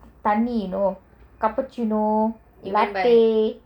tani you know cappuccino latte